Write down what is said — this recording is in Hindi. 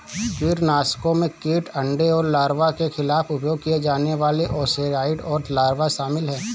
कीटनाशकों में कीट अंडे और लार्वा के खिलाफ उपयोग किए जाने वाले ओविसाइड और लार्वा शामिल हैं